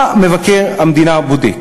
מה מבקר המדינה בודק?